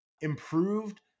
improved